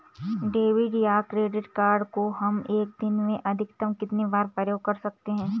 Debit या credit card को हम एक दिन में अधिकतम कितनी बार प्रयोग कर सकते हैं?